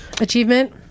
achievement